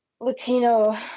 Latino